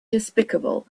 despicable